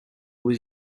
was